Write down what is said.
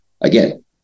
again